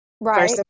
Right